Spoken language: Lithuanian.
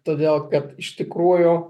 todėl kad iš tikrųjų